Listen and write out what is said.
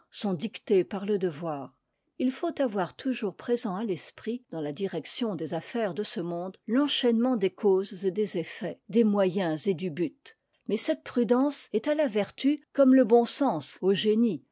sont dictées par le devoir il faut avoir toujours présent à l'esprit dans la direction des affaires de ce monde l'enchaînement des causes et des effets des moyens et du but mais cette prudence est à la vertu comme le bon sens au génie